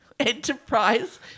enterprise